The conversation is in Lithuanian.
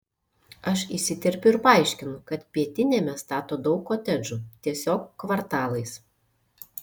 aš įsiterpiu ir paaiškinu kad pietiniame stato daug kotedžų tiesiog kvartalais